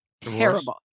Terrible